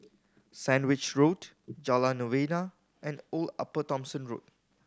Sandwich Road Jalan Novena and Old Upper Thomson Road